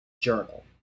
journal